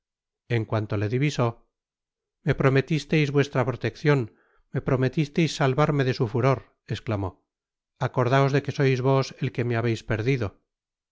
en cuanto le divisó me prometisteis vuestra proteccion me prometisteis salvarme de su furor esclamó acordaos de que sois vos el que me habeis perdido